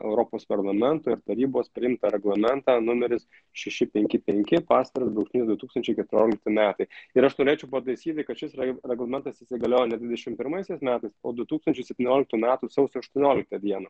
europos parlamento ir tarybos priimtą reglamentą numeris šeši penki penki pasviras brūkšnys du tūkstančiai keturiolikti metai ir aš norėčiau pataisyti kad šis reglamentas įsigaliojo ne dvidešim pirmaisiais metais o du tūkstančiai septynioliktų metų sausio aštuonioliktą dieną